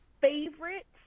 favorite